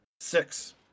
Six